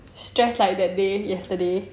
stress like that day yesterday